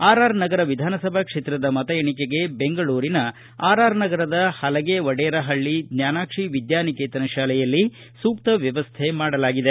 RR Nagar ವಿಧಾನಸಭಾ ಕ್ಷೇತ್ರದ ಮತ ಎಣಿಕೆಗೆ ಬೆಂಗಳೂರಿನ ಆರ್ಆರ್ ನಗರದ ಪಲಗೆವಡೇರಪಳ್ಳಯ ಜ್ವಾನಾಕ್ಷಿ ವಿದ್ವಾನಿಕೇತನ್ ಶಾಲೆಯಲ್ಲಿ ಸೂಕ್ತ ವ್ಯವಸ್ಥ ಮಾಡಲಾಗಿದೆ